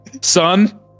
Son